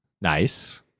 Nice